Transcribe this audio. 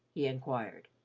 he inquired.